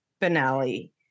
finale